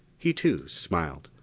he, too, smiled,